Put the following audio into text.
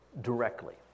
directly